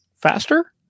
faster